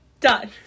done